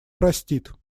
простит